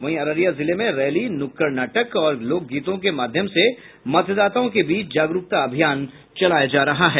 वहीं अररिया जिले में रैली नुक्कड़ नाटक और लोक गीतों के माध्यम से मतदाताओं के बीच जागरूकता अभियान चलाया जा रहा है